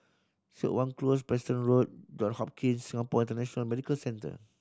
Siok Wan Close Preston Road John Hopkins Singapore International Medical Centre